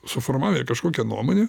suformavę kažkokią nuomonę